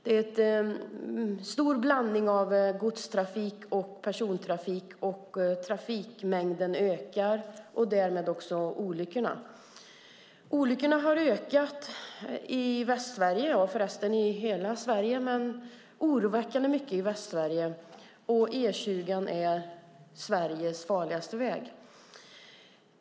Det är en stor blandning av godstrafik och persontrafik, och trafikmängden ökar och därmed också antalet olyckor. Antalet olyckor har ökat i Västsverige och förresten även i hela Sverige men oroande mycket i västra Sverige.